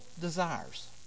desires